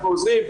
אנחנו עוזרים.